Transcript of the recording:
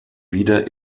wieder